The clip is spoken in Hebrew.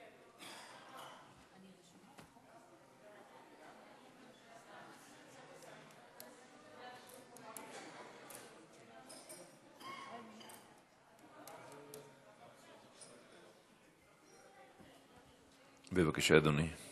בבקשה, אדוני.